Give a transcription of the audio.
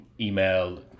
email